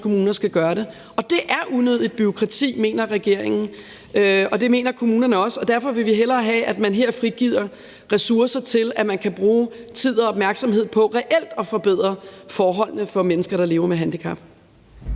kommuner skal gøre det, og det er unødigt bureaukrati, mener regeringen, og det mener kommunerne også. Derfor vil vi hellere have, at der her frigives ressourcer til, at man kan bruge tid og opmærksomhed på reelt at forbedre forholdene for mennesker, der lever med handicap.